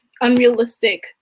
unrealistic